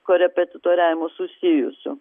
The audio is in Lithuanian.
korepetitoriavimu susijusiu